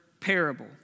parable